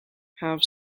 have